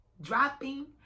dropping